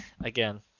again